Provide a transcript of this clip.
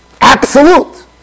Absolute